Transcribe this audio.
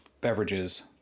beverages